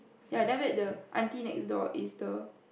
ya after that the aunty next door is the